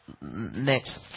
Next